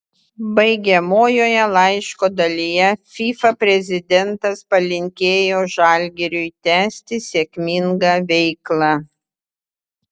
baigiamojoje laiško dalyje fifa prezidentas palinkėjo žalgiriui tęsti sėkmingą veiklą